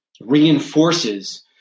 reinforces